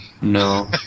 No